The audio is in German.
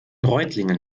reutlingen